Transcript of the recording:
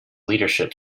leadership